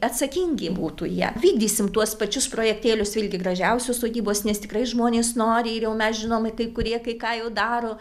atsakingi būtų jie vykdysim tuos pačius projektėlius vėlgi gražiausios sodybos nes tikrai žmonės nori ir jau mes žinom ir kurie kai ką jau daro